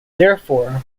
therefore